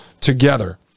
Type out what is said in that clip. together